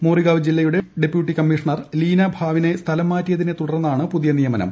മോറിഗാവ് ജില്ലയുടെ deputy commissioner Leena ഭാവിനെ സ്ഥലം മാറ്റിയതിനെ തുടർന്നാണ് പുതിയ നിയമനം